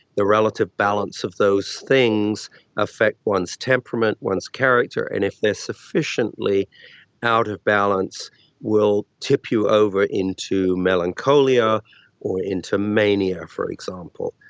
the relative balance of those things affect one's temperament, one's character. and if they are sufficiently out of balance will tip you over into melancholia or into mania, for example.